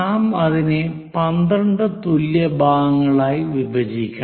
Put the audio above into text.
നാം അതിനെ 12 തുല്യ ഭാഗങ്ങളായി വിഭജിക്കണം